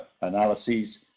analyses